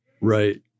Right